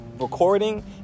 recording